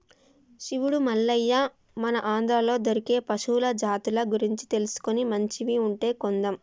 శివుడు మల్లయ్య మన ఆంధ్రాలో దొరికే పశువుల జాతుల గురించి తెలుసుకొని మంచివి ఉంటే కొందాం